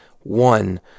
One